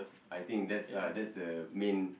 I think that's uh that's the main